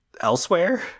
elsewhere